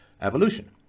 evolution